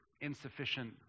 insufficient